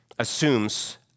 assumes